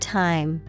time